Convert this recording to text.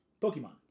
Pokemon